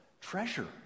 Treasure